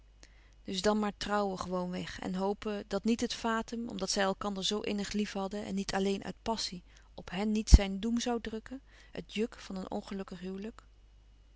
dus dan maar trouwen gewoon-weg en hopen dat niet het fatum omdat zij elkander zoo nnig lief hadden en niet alleen uit passie op hèn niet zijn doem zoû drukken het juk van een ongelukkig huwelijk